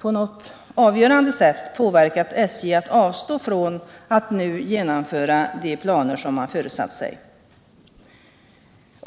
på något avgörande sätt påverkat SJ att avstå från att nu genomföra de planer som man föresatt sig.